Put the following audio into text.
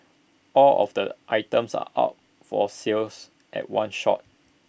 all of the items are up for sales at one shot